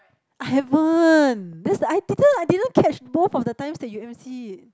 I haven't that's the I didn't I didn't catch both of the times that you ever see it